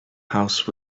house